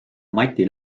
mati